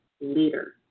leader